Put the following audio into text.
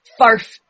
Farf